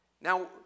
Now